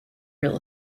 real